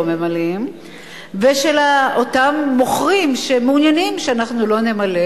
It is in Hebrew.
ממלאים ושל אותם מוכרים שמעוניינים שאנחנו לא נמלא,